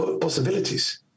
possibilities